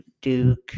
Duke